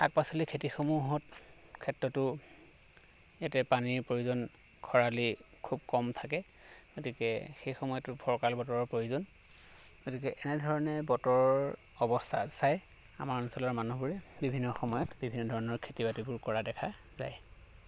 শাক পাচলি খেতিসমূহৰ ক্ষেত্ৰতো ইয়াতে পানীৰ প্ৰয়োজন খৰালি খুব কম থাকে গতিকে সেই সময়তো ফৰকাল বতৰৰ প্ৰয়োজন গতিকে এনেধৰণে বতৰৰ অৱস্থা চাই আমাৰ অঞ্চলৰ মানুহবোৰে বিভিন্ন সময়ত বিভিন্ন ধৰণৰ খেতি বাতিবোৰ কৰা দেখা যায়